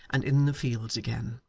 and in the fields again.